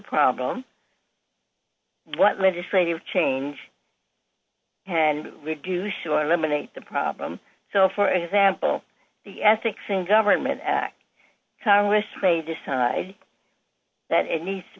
problem what legislative change and reduce eliminate the problem so for example the ethics in government act congress may decide that it needs to